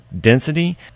density